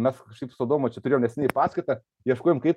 mes kažkaip su adomu čia turėjom neseniai paskaitą ieškojom kaip